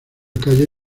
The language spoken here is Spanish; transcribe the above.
calle